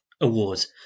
Awards